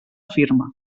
firma